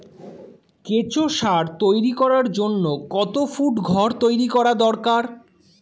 কেঁচো সার তৈরি করার জন্য কত ফুট ঘর তৈরি করা দরকার?